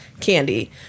candy